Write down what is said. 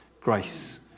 grace